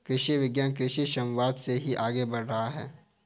कृषि विज्ञान कृषि समवाद से ही आगे बढ़ रहा है